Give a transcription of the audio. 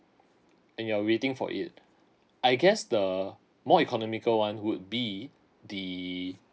and you are waiting for it I guess the more economical one would be the